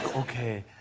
okay,